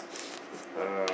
what